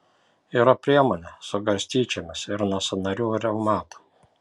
yra priemonė su garstyčiomis ir nuo sąnarių reumato